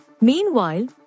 Meanwhile